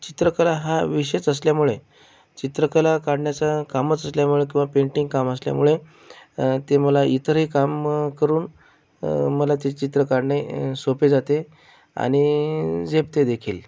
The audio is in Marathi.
चित्रकला हा विषयच असल्यामुळे चित्रकला काढण्याचा कामस सतल्यामुळे किंवा पेंटींग काम असल्यामुळे ते मला इतरही कामं करून मला ते चित्र काढणे सोपे जाते आणि झेपते देखील